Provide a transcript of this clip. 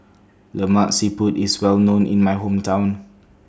Lemak Siput IS Well known in My Hometown